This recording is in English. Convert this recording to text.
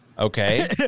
Okay